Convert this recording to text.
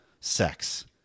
sex